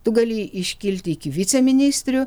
tu gali iškilti iki viceministrių